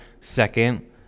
second